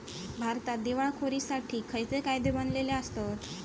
भारतात दिवाळखोरीसाठी खयचे कायदे बनलले आसत?